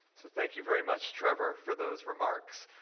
so thank you very much, trevor, for those remarks.